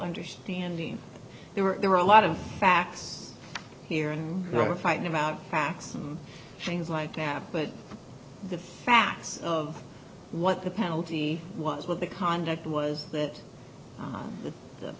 understanding they were there were a lot of facts here and wrote fighting about facts and things like gap but the facts of what the penalty was what the conduct was that the